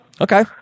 Okay